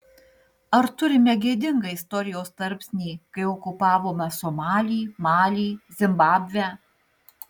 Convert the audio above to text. ar turime gėdingą istorijos tarpsnį kai okupavome somalį malį zimbabvę